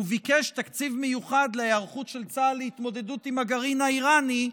הוא ביקש תקציב מיוחד להיערכות של צה"ל להתמודדות עם הגרעין האיראני,